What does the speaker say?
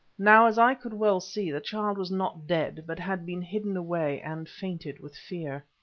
now, as i could well see, the child was not dead, but had been hidden away, and fainted with fear.